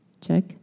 Check